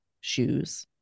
shoes